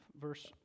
Verse